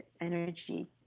energy